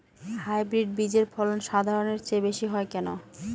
Hybrid বীজের ফলন সাধারণের চেয়ে বেশী হয় কেনো?